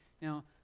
Now